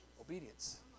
obedience